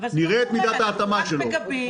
לראות את מידת ההתאמה שלו --- אבל אנחנו רק מגבים